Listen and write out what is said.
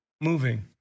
moving